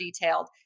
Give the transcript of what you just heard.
detailed